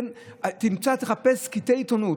אין, תמצא, תחפש קטעי עיתונות.